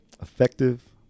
effective